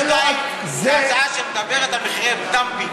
זו הצעה שמדברת על מחירי dumping.